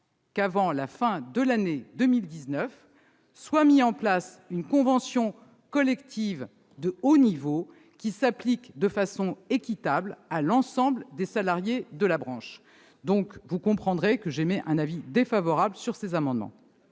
avant la fin de l'année 2019, une convention collective de haut niveau qui s'applique de façon équitable à l'ensemble des salariés de la branche. Par conséquent, il émet un avis défavorable sur ces amendements